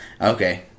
Okay